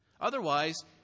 Otherwise